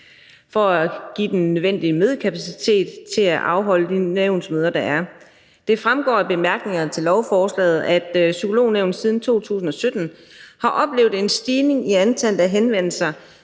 for at få den nødvendige mødekapacitet til at afholde de nævnsmøder, der er. Det fremgår af bemærkningerne til lovforslaget, at Psykolognævnet siden 2017 har oplevet en stigning i antallet af henvendelser